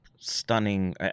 Stunning